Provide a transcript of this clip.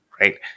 Right